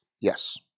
Yes